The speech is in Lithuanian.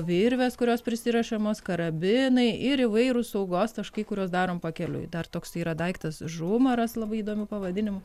virvės kurios prisirišamas karabinai ir įvairūs saugos taškai kuriuos darom pakeliui dar toks yra daiktas žumaras labai įdomiu pavadinimu